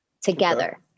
together